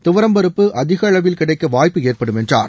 துவரம்பருப்பு அதிக அளவில் கிடைக்க வாய்ப்பு ஏற்படும் என்றார்